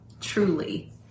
truly